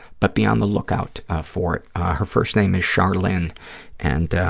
but be on the lookout for, her first name is charlynne and,